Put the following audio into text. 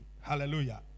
Hallelujah